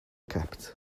kept